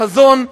חזון,